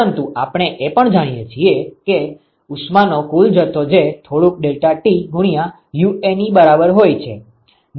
પરંતુ આપણે એ પણ જાણીએ છીએ કે ઉષ્માનો કુલ જથ્થો જે થોડુક ડેલ્ટા T ગુણ્યા UA ની બરાબર હોય છે